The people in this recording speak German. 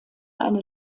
eine